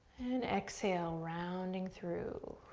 and exhale, rounding through.